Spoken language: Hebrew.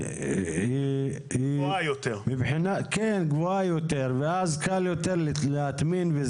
למחזר גבוהה יותר ולכן קל יותר להטמין.